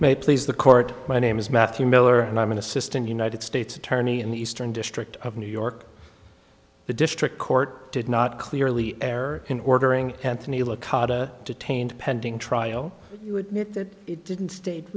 may please the court my name is matthew miller and i'm an assistant united states attorney in the eastern district of new york the district court did not clearly err in ordering anthony latasha detained pending trial you admit that it didn't sta